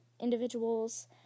individuals